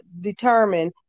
determine